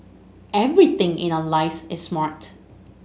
everything in our lives is smart